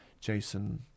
Jason